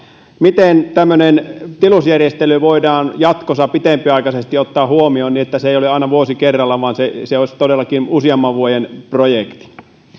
miten tämmöinen tilusjärjestely voidaan jatkossa ottaa pitempiaikaisesti huomioon niin että se ei olisi aina vuosi kerrallaan vaan se se olisi todellakin useamman vuoden projekti